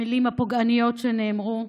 התביישתי במילים הפוגעניות שנאמרו,